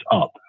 up